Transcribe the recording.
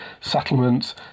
settlements